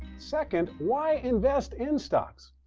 second, why invest in stocks?